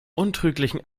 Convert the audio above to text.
untrüglichen